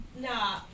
Nah